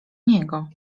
niego